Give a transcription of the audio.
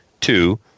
Two